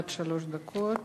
עד שלוש דקות.